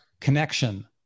connection